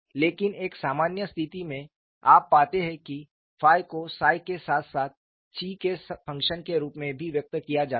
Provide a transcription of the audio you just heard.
लेकिन एक सामान्य स्थिति में आप पाते हैं कि 𝜱 को 𝜳 के साथ साथ 𝛘 के फंक्शन के रूप में भी व्यक्त किया जाता है